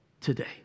today